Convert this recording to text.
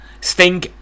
sting